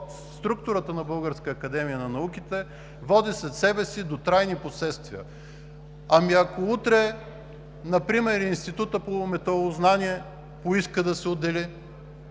структурата на Българската академия на науките води след себе си до трайни последствия. Ако утре например Институтът по металознание поиска да се отдели?